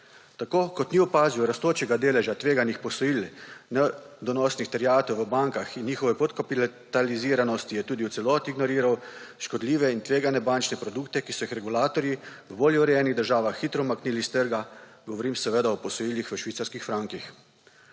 Tako kot ni opazil rastočega deleža tveganih posojil, nedonosnih terjatev v bankah in njihovo podkapitaliziranost, je tudi v celoti ignoriral škodljive in tvegane bančne produkte, ki so jih regulatorji v bolje urejenih državah hitro umaknili s trga – govorim seveda o posojilih v švicarskih frankih.